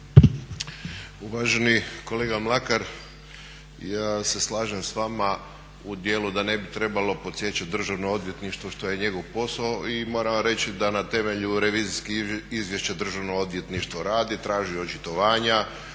Uvaženi kolega Mlakar ja se slažem s vama u dijelu da ne bi trebalo podsjećati Državno odvjetništvo što je njegov posao i moram vam reći da na temelju revizijskih izvješća Državno odvjetništvo radi, traži očitovanja,